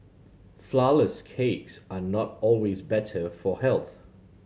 flourless cakes are not always better for health